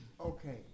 Okay